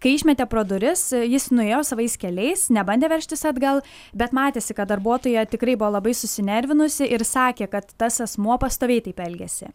kai išmetė pro duris jis nuėjo savais keliais nebandė veržtis atgal bet matėsi kad darbuotoja tikrai buvo labai susinervinusi ir sakė kad tas asmuo pastoviai taip elgiasi